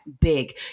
big